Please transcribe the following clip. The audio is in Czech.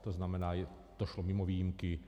To znamená, to šlo mimo výjimky.